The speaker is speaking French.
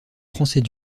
français